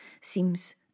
seems